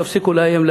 תפסיקו לאיים,